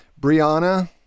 Brianna